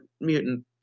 mutant